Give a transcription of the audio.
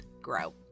grow